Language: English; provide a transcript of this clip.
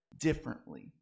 differently